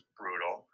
brutal